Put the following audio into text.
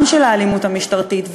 גם של האלימות המשטרתית,